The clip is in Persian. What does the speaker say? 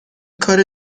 کار